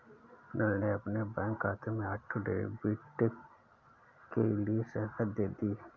अनिल ने अपने बैंक खाते में ऑटो डेबिट के लिए सहमति दे दी